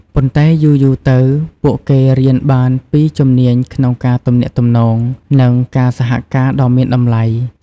ប៉ុន្តែយូរៗទៅ ពួកគេរៀនបានពីជំនាញក្នុងការទំនាក់ទំនង និងការសហការដ៏មានតម្លៃ។